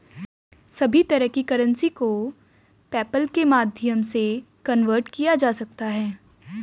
सभी तरह की करेंसी को पेपल्के माध्यम से कन्वर्ट किया जा सकता है